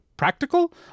Practical